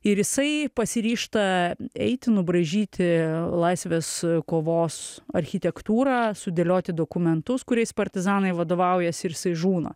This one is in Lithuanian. ir jisai pasiryžta eiti nubraižyti laisvės kovos architektūrą sudėlioti dokumentus kuriais partizanai vadovaujasi ir jisai žūna